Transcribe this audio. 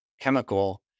chemical